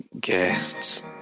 guests